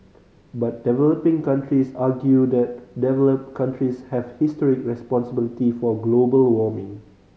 but developing countries argue that developed countries have historic responsibility for global warming